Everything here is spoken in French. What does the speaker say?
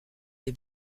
des